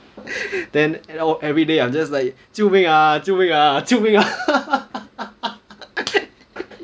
then everyday I'm just like 救命啊救命啊救命啊